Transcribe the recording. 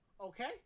Okay